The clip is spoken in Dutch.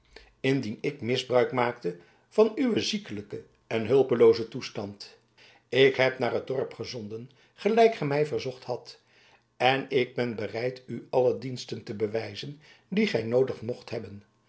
indien ik misbruik maakte van uw ziekelijken en hulpeloozen toestand ik heb naar het dorp gezonden gelijk gij mij verzocht hadt en ik ben bereid u alle diensten te bewijzen die gij noodig mocht hebben